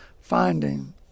finding